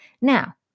Now